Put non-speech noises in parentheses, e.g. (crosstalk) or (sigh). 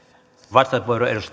arvoisa puhemies (unintelligible)